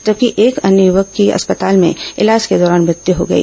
जबकि एक अन्य युवक की अस्पताल में इलाज के दौरान मृत्यु हो गई